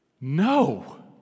No